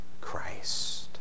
Christ